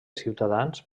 ciutadans